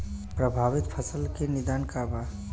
प्रभावित फसल के निदान का बा?